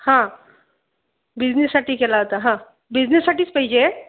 हां बिझनेससाठी केला होता हां बिझनेससाठीच पाहिजे